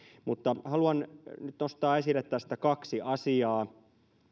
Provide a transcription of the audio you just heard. mutta haluan nyt nostaa esille tästä kaksi asiaa